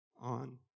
On